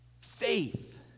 Faith